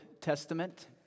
Testament